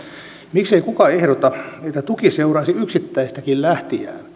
miksei kukaan ehdota että tuki seuraisi yksittäistäkin lähtijää